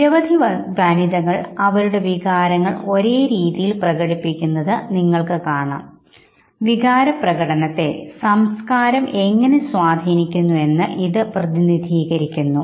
നിരവധി വനിതകൾ അവരുടെ വികാരങ്ങൾ ഒരേ രീതിയിൽ പ്രകടിപ്പിക്കുന്നത് നിങ്ങൾക്കു കാണാം വികാരപ്രകടനത്തെ സംസ്കാരം എങ്ങനെ സ്വാധീനിക്കുന്നുവെന്ന് ഇത് പ്രതിനിധീകരിക്കുന്നു